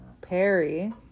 perry